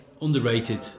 underrated